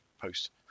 post